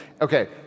Okay